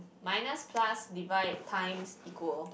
minus plus divide times equal